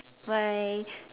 bye